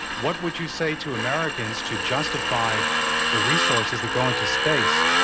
what would you say to americans to justify the resources that go into space,